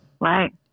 Right